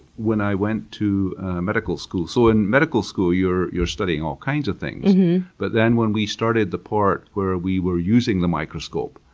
i went to medical school. so, in medical school you're you're studying all kinds of things but then when we started the part where we were using the microscope,